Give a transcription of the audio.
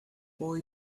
boy